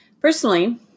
Personally